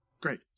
Great